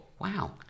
wow